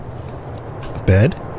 bed